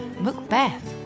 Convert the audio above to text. Macbeth